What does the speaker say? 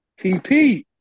TP